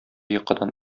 йокыдан